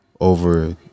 Over